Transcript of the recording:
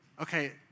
okay